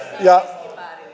ja